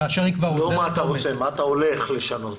לא מה אתה רוצה לשנות אלא מה אתה הולך לשנות.